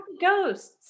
ghosts